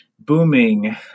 booming